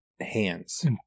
hands